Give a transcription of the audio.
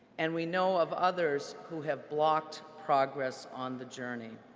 and we know of others who have blocked progress on the journey.